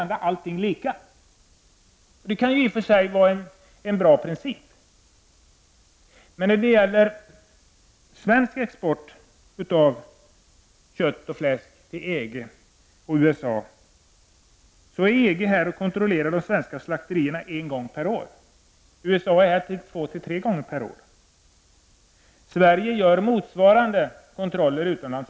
Det är i och för sig en bra princip. Vi exporterar kött och fläsk till EG-länder och USA. Det för med sig att EG-folk är här och kontrollerar våra slakterier en gång om året. Från USA kommer man två tre gånger per år. Sverige gör bara sporadiskt motsvarande kontroller utomlands.